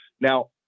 now